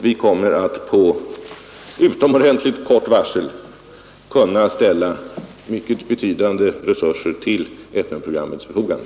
Vi kommer att med utomordentligt kort varsel kunna ställa mycket betydande resurser till FN-programmets förfogande.